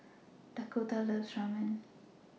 Dakotah loves Ramen